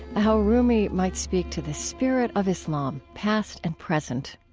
how rumi might speak to the spirit of islam, past and present.